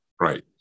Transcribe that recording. Right